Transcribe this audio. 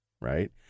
right